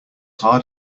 hard